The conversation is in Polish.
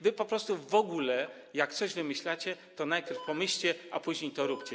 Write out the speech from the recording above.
Wy po prostu w ogóle, jak coś wymyślacie, to najpierw pomyślcie, a później to róbcie.